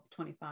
25